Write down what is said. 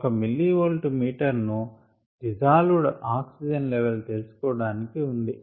ఒక millivolt meter ను dissolved oxygen level తెలుసుకోవడానికి ఉంది